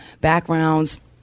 backgrounds